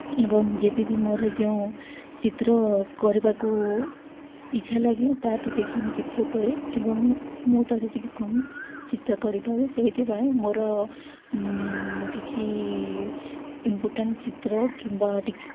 ଏବଂ ଯେବେ ବିି ମୋର ଯେଉଁ ଚିତ୍ର କରିବାକୁ ଇଚ୍ଛା ଲାଗେ ତାଠୁ ଦେଖି ମୁଁ ଚିତ୍ର କରେ ଏବଂ ମୁଁ ତାଠୁ ଟିକିଏ କମ୍ ଚିତ୍ର କରିପାରେ ସେଇଥିପାଇଁ ମୋର କିଛି ଇମ୍ପୋଟାଣ୍ଟ୍ ଚିତ୍ର କିମ୍ବା ଟିକିଏ